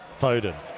Foden